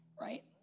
right